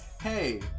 hey